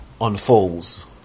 unfolds